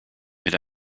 mit